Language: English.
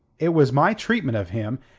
it was my treatment of him,